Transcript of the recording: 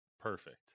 perfect